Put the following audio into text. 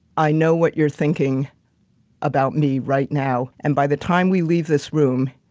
i know what you're thinking about me right now. and by the time we leave this room,